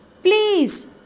Please